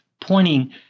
pointing